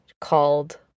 called